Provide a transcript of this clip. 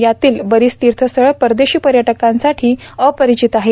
यातील बरीच तीर्थस्थळे परदेशी पर्यटकांसाठी अपरिचित आहेत